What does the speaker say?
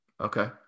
Okay